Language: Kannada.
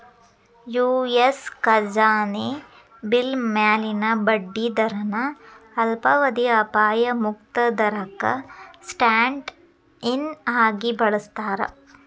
ಯು.ಎಸ್ ಖಜಾನೆ ಬಿಲ್ ಮ್ಯಾಲಿನ ಬಡ್ಡಿ ದರನ ಅಲ್ಪಾವಧಿಯ ಅಪಾಯ ಮುಕ್ತ ದರಕ್ಕ ಸ್ಟ್ಯಾಂಡ್ ಇನ್ ಆಗಿ ಬಳಸ್ತಾರ